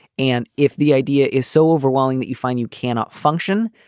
and if the idea is so overwhelming that you find you cannot function,